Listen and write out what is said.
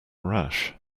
rash